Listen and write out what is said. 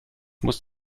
musst